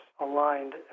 aligned